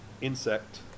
insect